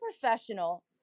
professional